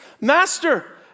master